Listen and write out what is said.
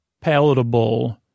palatable